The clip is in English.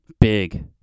big